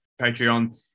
Patreon